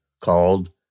called